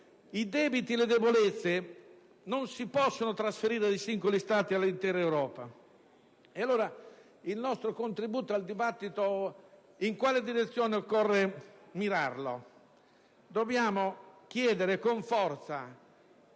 i debiti e le debolezze non possano essere trasferiti dai singoli Stati all'intera Europa. Allora, il nostro contributo al dibattito in quale direzione occorre mirarlo? Dobbiamo chiedere con forza,